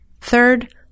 Third